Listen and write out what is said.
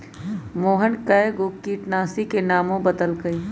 मोहन कै गो किटनाशी के नामो बतलकई